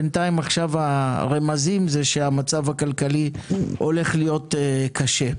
בינתיים הרמזים שהמצב הכלכלי הולך להיות קשה,